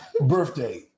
Birthday